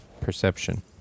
Perception